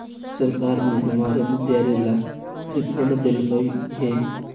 सरकार ने हमारे विद्यालय ला भी फण्ड देलकइ हे